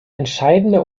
entscheidende